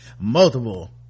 multiple